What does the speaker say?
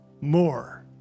more